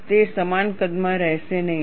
તે સમાન કદમાં રહેશે નહીં